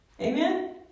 Amen